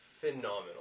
phenomenal